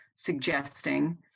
suggesting